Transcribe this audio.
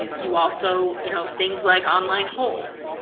um you also, you know things like online holds.